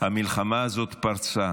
המלחמה הזאת פרצה